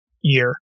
year